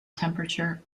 temperature